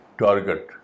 target